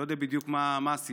אני לא יודע בדיוק מה הסיבה,